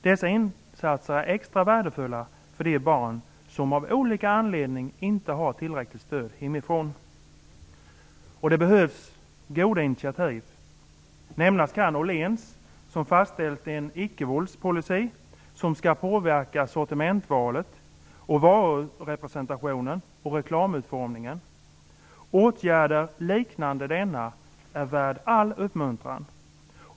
Dessa insatser är extra värdefulla för de barn som av olika anledningar inte har tillräckligt stöd hemifrån. Det behövs goda initiativ. Nämnas kan Åhléns som fastställt en icke-våldspolicy som skall påverka sortimentsvalet, varurepresentationen och reklamutformningen. Åtgärder liknande denna är värda all uppmuntran.